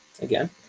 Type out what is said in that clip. again